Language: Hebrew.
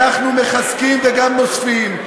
אנחנו מחזקים וגם נוזפים.